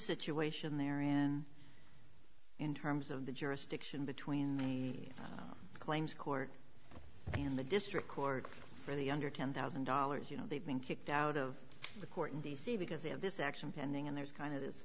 situation they're in in terms of the jurisdiction between the claims court and the district court for the under ten thousand dollars you know they've been kicked out of the court in d c because they have this action pending and there's kind of this